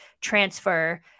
transfer